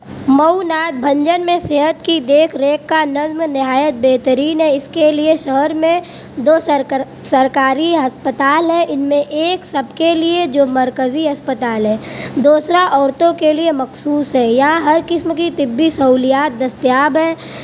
مئو ناتھ بھنجن میں صحت کی دیکھ ریکھ کا نظم نہایت بہترین ہے اس کے لئے شہر میں دو سرکر سرکاری ہسپتال ہے ان میں ایک سب کے لئے جو مرکزی اسپتال ہے دوسرا عورتوں کے لئے مخصوص ہے یہاں ہر قسم کی طبی سہولیات دستیاب ہیں